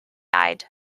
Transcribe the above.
eyed